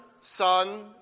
Son